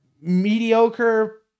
mediocre